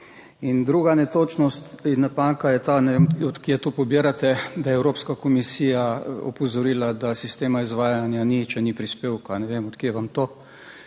In druga netočnost in napaka je ta, ne vem, od kje to pobirate, da je Evropska komisija opozorila, da sistema izvajanja ni, če ni prispevka. Ne vem, od kje vam to. Kar se